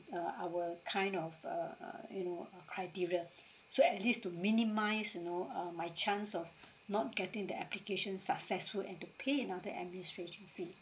uh our kind of uh uh you know criteria so at least to minimise you know um my chance of not getting the application successful and to pay another administration fee